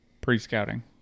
pre-scouting